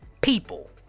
people